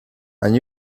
and